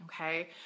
Okay